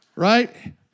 right